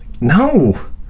no